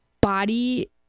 body